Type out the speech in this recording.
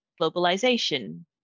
globalization